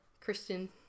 Christian